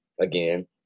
again